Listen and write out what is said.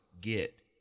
get